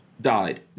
died